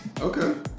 Okay